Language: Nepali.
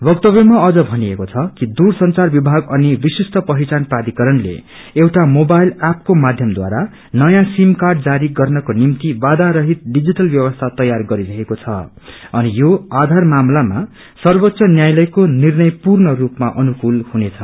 वक्तव्यमा अझ भनिएको छ कि दूरसंचार विभाग अनि विशिष्ट पहिचान प्राधिकरणले एउटा मोबार्ठल ऐपको माध्यमद्वारा नयाँ सिम कार्ड जारी गर्नको निम्ति बाधा रहित डिजिटल व्यवसीग तैयार गरिरहेको छ अनि यो आधार मामलामा उच्चतम न्यायालयको फैसलाको पूर्ण रूपमा अनुकूल हुनेछ